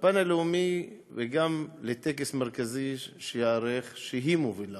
בפן הלאומי וגם בטקס מרכזי שייערך, שהיא מובילה.